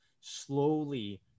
slowly